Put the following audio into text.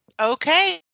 okay